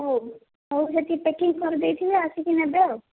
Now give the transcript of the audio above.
ହେଉ ହେଉ ସେଇଠି ପ୍ୟାକିଙ୍ଗ କରିଦେଇଥିବେ ଆସିକି ନେବେ ଆଉ